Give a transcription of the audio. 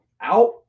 Out